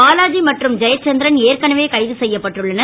பாலாஜி மற்றும் ஜெயசந்திரன் ஏற்கனவே கைது செய்யப்பட்டுள்ளனர்